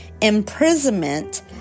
Imprisonment